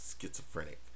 schizophrenic